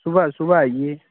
صبح صبح آئیے